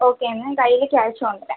okay എന്നാൽ കയ്യിൽ cash കൊണ്ടുവരാം